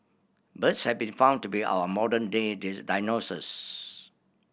birds have been found to be our modern day dinosaurs